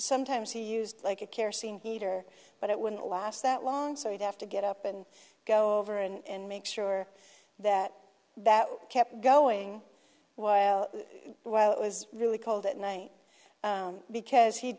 sometimes he used like a kerosene heater but it wouldn't last that long so you'd have to get up and go over and make sure that that kept going well while it was really cold at night because he